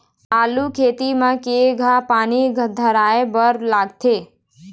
आलू खेती म केघा पानी धराए बर लागथे?